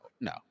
no